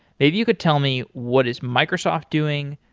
maybe you could tell me what is microsoft doing,